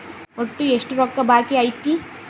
ಒಟ್ಟು ಎಷ್ಟು ರೊಕ್ಕ ಬಾಕಿ ಐತಿ?